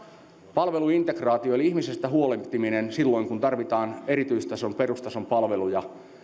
palveluintegraatio eli ihmisestä huolehtiminen silloin kun tarvitaan erityistason perustason palveluja